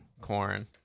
corn